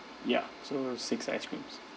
ya so six ice creams